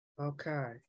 Okay